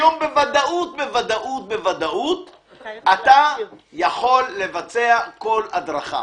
היום בוודאות אתה יכול לבצע כל הדרכה.